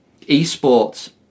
Esports